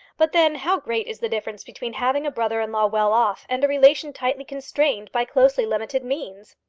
but then how great is the difference between having a brother-in-law well off, and a relation tightly constrained by closely limited means!